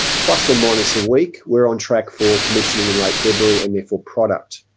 plus or minus a week, we're on track for commissioning in late february and therefore product.